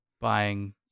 buying